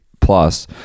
plus